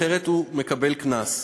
אחרת הוא מקבל קנס,